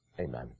Amen